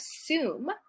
assume